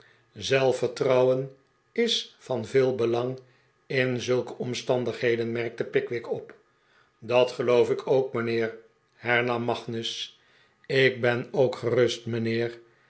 zelfvertrouwen is van veel belang in zulke omstandigheden merkte pickwick op dat geloof ik ook mijnheer hernam magnus ik ben ook gerust